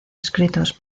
escritos